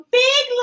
big